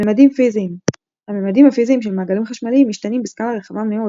ממדים פיזיים הממדים הפיזיים של מעגלים חשמליים משתנים בסקלה רחבה מאוד